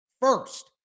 first